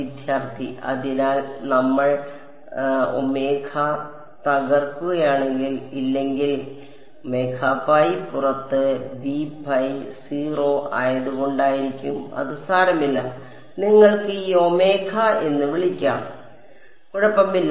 വിദ്യാർത്ഥി അതിനാൽ നമ്മൾ തകർക്കുകയാണെങ്കിൽ ഇല്ലെങ്കിൽ പുറത്ത് 0 ആയത് കൊണ്ടായിരിക്കും അത് സാരമില്ല നിങ്ങൾക്ക് ഈ ഒമേഗ എന്ന് വിളിക്കാം കുഴപ്പമില്ല